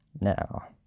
Now